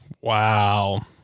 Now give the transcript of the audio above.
Wow